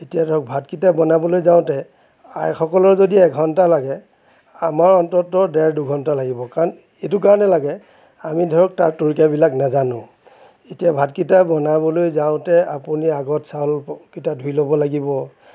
এতিয়া ধৰক ভাতকিটা বনাবলৈ যাওঁতে আইসকলৰ যদি এঘণ্টা লাগে আমাৰ অন্ততঃ ডেৰ দুঘণ্টা লাগিব কাৰণ এইটো কাৰণেই লাগে আমি ধৰক তাৰ তৰিকাবিলাক নাজানো এতিয়া ভাতকিটা বনাবলৈ যাওঁতে আপুনি আগত চাউল কিটা ধুই ল'ব লাগিব